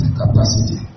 capacity